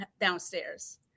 downstairs